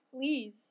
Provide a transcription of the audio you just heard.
please